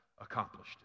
accomplished